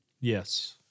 Yes